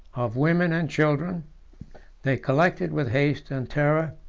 of women and children they collected, with haste and terror,